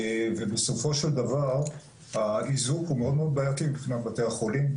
בסופו של דבר האיזוק הוא מאוד בעייתי מבחינת בתי החולים,